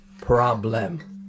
problem